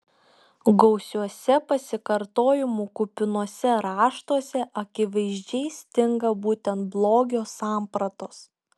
gausiuose pasikartojimų kupinuose raštuose akivaizdžiai stinga būtent blogio sampratos